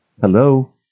Hello